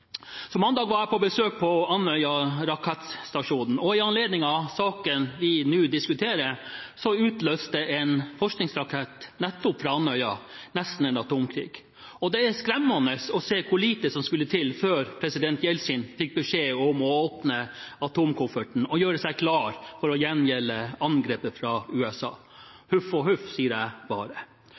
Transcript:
så tydelig i sitt svar til interpellanten om å fortsette arbeidet som forrige regjering startet, og ikke minst jobbe for en atomfri verden. Mandag var jeg på besøk på Andøya rakettstasjon. I anledning saken vi nå diskuterer, utløste i sin tid en forskningsrakett nettopp fra Andøya nesten en atomkrig. Det var skremmende å se hvor lite som skulle til før president Jeltsin fikk beskjed om å åpne atomkofferten og gjøre seg klar for å